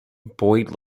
boyd